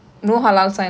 mm